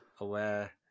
aware